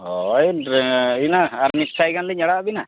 ᱦᱳᱭ ᱤᱱᱟᱹ ᱟᱨ ᱢᱤᱫᱥᱟᱭ ᱜᱟᱱ ᱞᱤᱧ ᱟᱲᱟᱜ ᱟᱹᱵᱤᱱᱟ